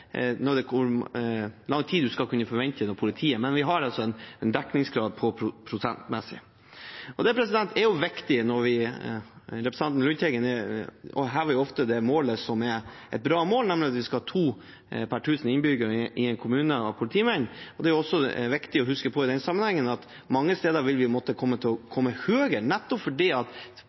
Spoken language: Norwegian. når det gjelder utrykningstid for brann, men det har vi ikke når det kommer til f.eks. ambulanse eller hvor lang utrykningstid man skal kunne forvente av politiet. Vi har altså en dekningsgrad prosentmessig. Representanten Lundteigen holder ofte opp målet om at det skal være to politifolk per tusen innbyggere i en kommune, som et bra mål, men det er viktig å huske på i den sammenhengen at mange steder vil vi måtte komme høyere, nettopp fordi